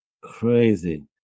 Crazy